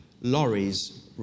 lorries